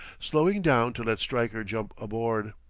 slowing down to let stryker jump aboard.